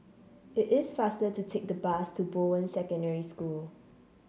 it is faster to take the bus to Bowen Secondary School